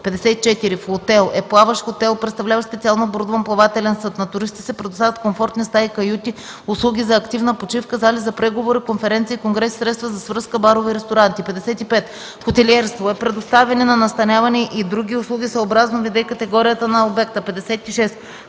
54. „Флотел” е плаващ хотел, представляващ специално оборудван плавателен съд. На туристите се предоставят комфортни стаи-каюти, услуги за активна почивка, зали за преговори, конференции, конгреси, средства за свръзка, барове и ресторанти. 55. „Хотелиерство” е предоставяне на настаняване и други услуги съобразно вида и категорията на обекта. 56.